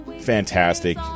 fantastic